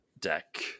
deck